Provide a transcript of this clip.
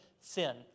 sin